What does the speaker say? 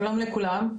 שלום לכולם.